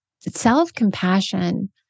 self-compassion